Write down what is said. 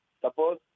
suppose